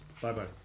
Bye-bye